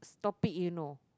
topic you know